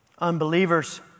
unbelievers